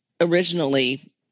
originally